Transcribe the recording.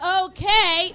okay